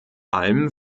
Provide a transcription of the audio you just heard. allem